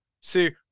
See